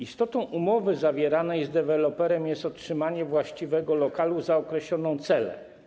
Istotą umowy zawieranej z deweloperem jest otrzymanie właściwego lokalu za określoną cenę.